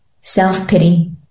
self-pity